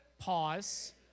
Pause